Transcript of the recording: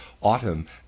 autumn